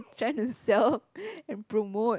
try himself and promote